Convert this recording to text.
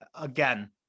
Again